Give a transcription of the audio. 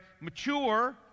mature